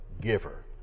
giver